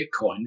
Bitcoin